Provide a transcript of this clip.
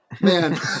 Man